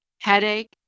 headache